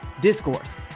Discourse